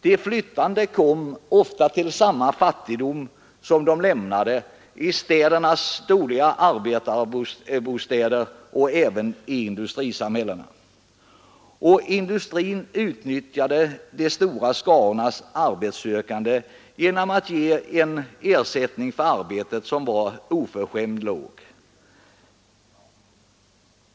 De flyttande fick ofta uppleva samma fattigdom i städernas dåliga arbetarbostäder och även i industrisamhällena som den de tidigare hade lämnat. Industrin utnyttjade de stora skarorna arbetssökande genom att ge en ersättning för arbetet som var oförskämt låg.